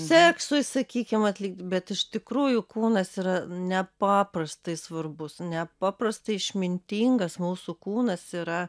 seksui sakykim atlikt bet iš tikrųjų kūnas yra nepaprastai svarbus nepaprastai išmintingas mūsų kūnas yra